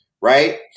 Right